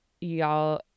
y'all